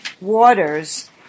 waters